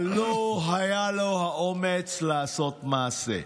אבל לא היה לו האומץ לעשות מעשה.